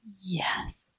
Yes